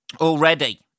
Already